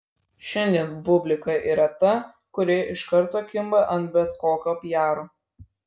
šiandien publika yra ta kuri iš karto kimba ant bet kokio piaro